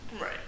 Right